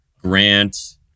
Grant